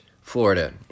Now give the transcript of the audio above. Florida